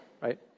right